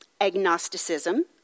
agnosticism